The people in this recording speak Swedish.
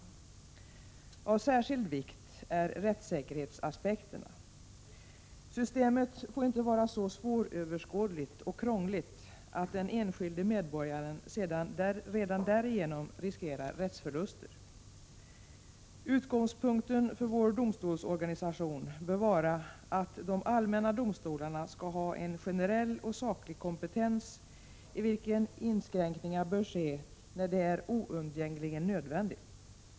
Av särskild vikt är rättssäkerhetsaspekterna. Systemet får inte vara så svåröverskådligt och krångligt att den enskilde medborgaren redan därigenom riskerar rättsförluster. Utgångspunkten för vår domstolsorganisation bör vara att de allmänna domstolarna skall ha en generell och saklig kompetens, i vilken inskränkningar bör ske när det är oundgängligen nödvändigt.